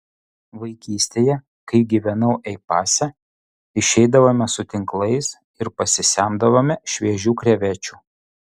vaikystėje kai gyvenau ei pase išeidavome su tinklais ir pasisemdavome šviežių krevečių